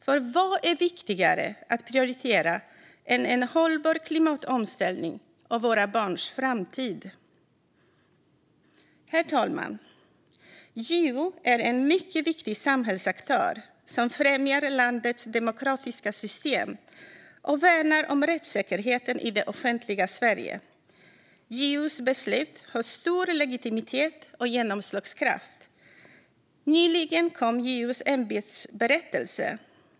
För vad är viktigare att prioritera än en hållbar klimatomställning och våra barns framtid? Herr talman! JO är en mycket viktig samhällsaktör som främjar landets demokratiska system och värnar om rättssäkerheten i det offentliga Sverige. JO:s beslut har stor legitimitet och genomslagskraft. Nyligen kom JO:s ämbetsberättelse.